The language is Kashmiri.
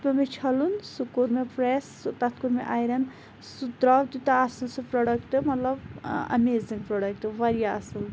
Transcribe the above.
سُہ پیٚو مےٚ چھَلُن سُہ کوٚر مےٚ پریٚس تَتھ کوٚر مےٚ اَیرَن سُہ دراو تیوتاہ اَصل سُہ پروڈَکٹ مَطلَب اَمیزنُگ پروڈَکٹ واریاہ اَصل